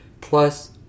Plus